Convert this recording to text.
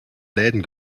läden